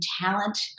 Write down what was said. talent